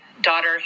Daughter